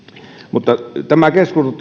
mutta tämä